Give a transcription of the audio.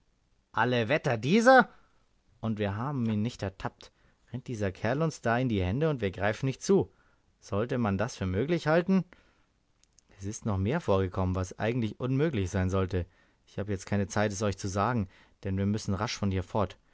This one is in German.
alle wetter dieser und wir haben ihn nicht ertappt rennt dieser kerl uns da in die hände und wir greifen nicht zu sollte man das für möglich halten es ist noch mehr vorgekommen was eigentlich unmöglich sein sollte ich habe jetzt keine zeit es euch zu sagen denn wir müssen rasch von hier fort